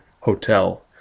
hotel